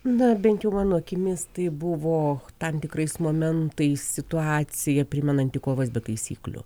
na bent jau mano akimis tai buvo tam tikrais momentais situacija primenanti kovas be taisyklių